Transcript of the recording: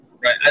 Right